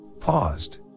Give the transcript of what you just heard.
paused